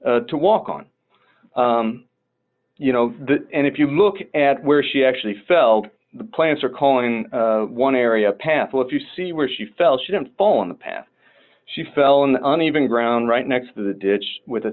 s to walk on you know that and if you look at where she actually felt the plants are calling one area a path well if you see where she fell she didn't fall in the path she fell on uneven ground right next to the ditch with a